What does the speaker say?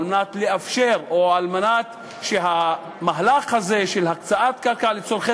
על מנת לאפשר או על מנת שהמהלך הזה של הקצאת קרקע לצורכי